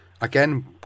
again